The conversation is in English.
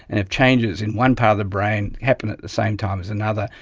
and if changes in one part of the brain happen at the same time as another,